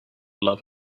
love